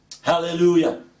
Hallelujah